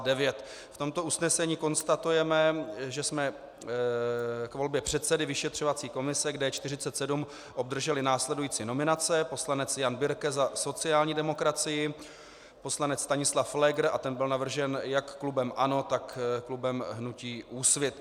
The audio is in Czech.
V tomto usnesení konstatujeme, že jsme k volbě předsedy vyšetřovací komise k D47 obdrželi následující nominace: poslanec Jan Birke za sociální demokracii, poslanec Stanislav Pfléger, ten byl navržen jak klubem ANO, tak klubem hnutí Úsvit.